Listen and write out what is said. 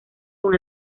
con